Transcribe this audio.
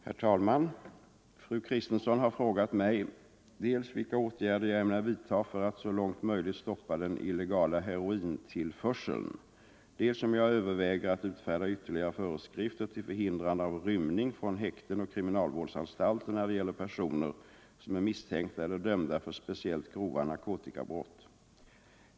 Herr talman! Fru Kristensson har frågat mig dels vilka åtgärder jag ämnar vidta för att så långt möjligt stoppa den illegala herointillförseln, dels om jag överväger att utfärda ytterligare föreskrifter till förhindrande av rymning från häkten och kriminalvårdsanstalter när det gäller personer som är misstänkta eller dömda för speciellt grova narkotikabrott.